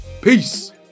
peace